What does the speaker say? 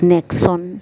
nixon